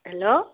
hello